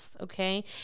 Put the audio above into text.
Okay